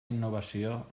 innovació